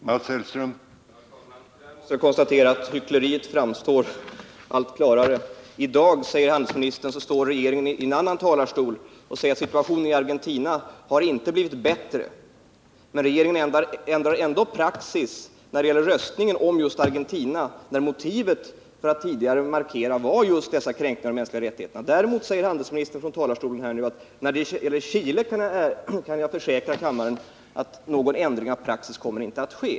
Herr talman! Tyvärr måste jag konstatera att hyckleriet framstår allt klarare. I dag, framhåller handelsministern, säger en företrädare för regeringen från en annan talarstol att situationen i Argentina inte har förbättrats. Men regeringen ändrar ändå praxis när det gäller röstningen om lån till Argentina. Tidigare var ju motivet för att göra markeringar i sådana sammanhang just kränkningarna där av de mänskliga rättigheterna. Däremot säger handelsministern nu från denna talarstol, att han när det gäller Chile kan försäkra kammaren om att någon ändring i praxis inte kommer att ske.